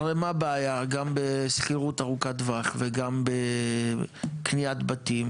הרי מה הבעיה גם בשכירות ארוכת טווח וגם בקניית בתים?